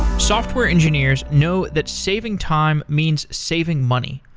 software engineers know that saving time means saving money.